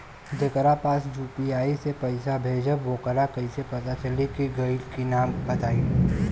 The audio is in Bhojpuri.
जेकरा पास यू.पी.आई से पईसा भेजब वोकरा कईसे पता चली कि गइल की ना बताई?